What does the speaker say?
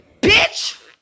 Bitch